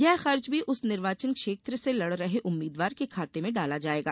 यह खर्च भी उस निर्वाचन क्षेत्र से लड़ रहे उम्मीदवार के खाते में व्यय डाला जायेगा